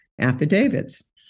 affidavits